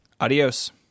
Adios